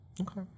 Okay